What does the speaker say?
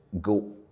go